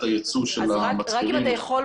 היצוא שזה עניין שתלוי ועומד בבית המשפט.